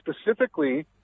specifically